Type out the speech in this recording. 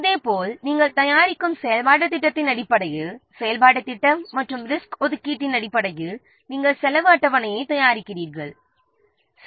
இதேபோல் நாம் தயாரிக்கும் செயல்பாட்டுத் திட்டம் மற்றும் ரிசோர்ஸ் ஒதுக்கீட்டின் அடிப்படையில் நாம் செலவு அட்டவணையைத் தயாரிக்கிறீறோம்